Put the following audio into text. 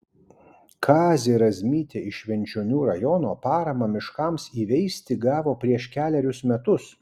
kazė razmytė iš švenčionių rajono paramą miškams įveisti gavo prieš kelerius metus